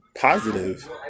positive